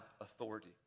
authority